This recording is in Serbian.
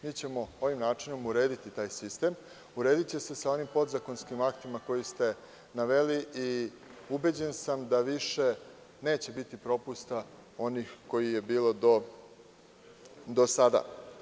Mi ćemo na ovaj način urediti taj sistem sa onim podzakonskim aktima koje ste naveli i ubeđen sam da više neće biti propusta onih kojih je bilo do sada.